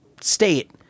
state